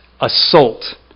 assault